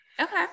Okay